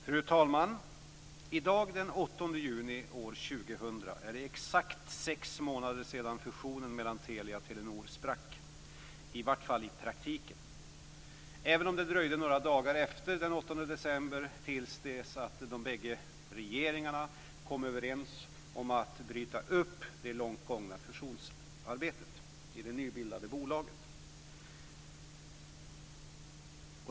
Fru talman! I dag, den 8 juni år 2000, är det exakt sex månader sedan fusionen mellan Telia och Telenor sprack, i varje fall i praktiken. Det dröjde några dagar efter den 8 december till dess att de bägge regeringarna kom överens om att bryta upp det långt gångna fusionsarbetet i det nybildade bolaget.